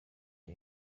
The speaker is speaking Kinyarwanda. the